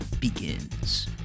begins